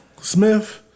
Smith